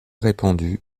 répandue